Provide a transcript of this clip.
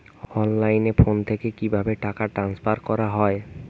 অনলাইনে ফোন থেকে কিভাবে টাকা ট্রান্সফার করা হয়?